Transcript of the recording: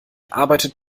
arbeitet